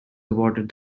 awarded